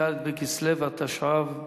ד' בכסלו התשע"ב,